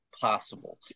possible